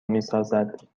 میسازد